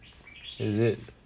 is it